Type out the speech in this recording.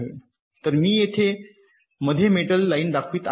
तर मी येथे मध्ये मेटल लाईन दाखवित आहे